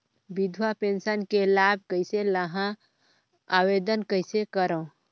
विधवा पेंशन के लाभ कइसे लहां? आवेदन कइसे करव?